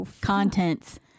contents